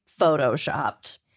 photoshopped